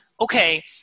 okay